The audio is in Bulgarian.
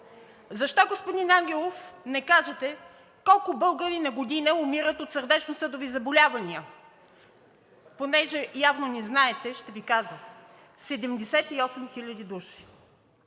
Защо, господин Ангелов, не кажете колко българи на година умират от сърдечносъдови заболявания? Понеже явно не знаете, ще Ви кажа – 78 000 души.